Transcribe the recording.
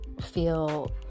feel